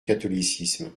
catholicisme